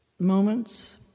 Moments